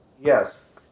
Yes